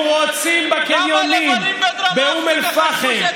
הם רוצים בקניונים באום אל-פחם,